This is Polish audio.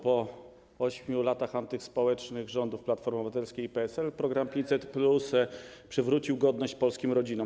Po 8 latach antyspołecznych rządów Platformy Obywatelskiej i PSL program 500+ przywrócił godność polskim rodzinom.